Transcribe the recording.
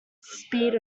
speed